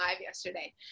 yesterday